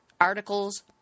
articles